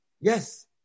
Yes